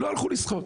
לא הלכו לשחות.